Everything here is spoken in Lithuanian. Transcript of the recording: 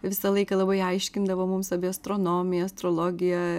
visą laiką labai aiškindavo mums apie astronomiją astrologiją